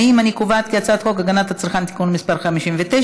להעביר את הצעת חוק הגנת הצרכן (תיקון מס' 59)